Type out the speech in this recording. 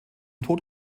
tod